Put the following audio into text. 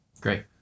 Great